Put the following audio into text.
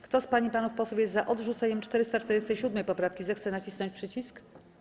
Kto z pań i panów posłów jest za odrzuceniem 447. poprawki, zechce nacisnąć przycisk.